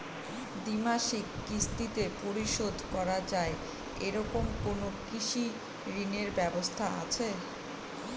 দ্বিমাসিক কিস্তিতে পরিশোধ করা য়ায় এরকম কোনো কৃষি ঋণের ব্যবস্থা আছে?